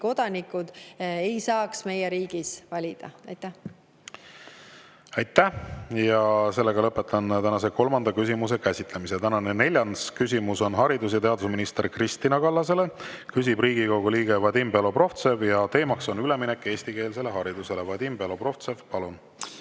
kolmanda küsimuse käsitlemise. Aitäh! Lõpetan tänase kolmanda küsimuse käsitlemise. Tänane neljas küsimus on haridus‑ ja teadusminister Kristina Kallasele. Küsib Riigikogu liige Vadim Belobrovtsev ja teema on üleminek eestikeelsele haridusele. Vadim Belobrovtsev, palun!